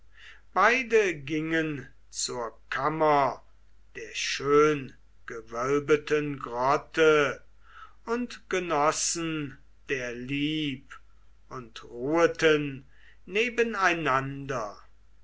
beide gingen zur kammer der schöngewölbeten grotte und genossen der lieb und ruheten nebeneinander